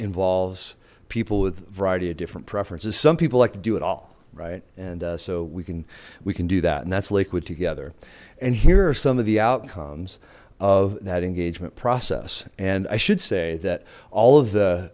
involves people with variety of different preferences some people like to do it all right and so we can we can do that and that's liquid together and here are some of the outcomes of that engagement process and i should say that all of the